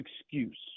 excuse